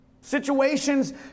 Situations